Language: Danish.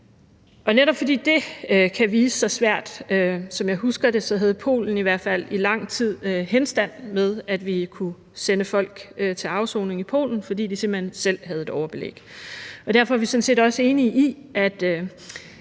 år. Netop fordi det kan vise sig svært – som jeg husker det, havde Polen i hvert fald i lang tid henstand med, at vi kunne sende folk til afsoning i Polen, fordi de simpelt hen selv havde et overbelæg – er vi sådan set også enige i, at